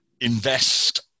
invest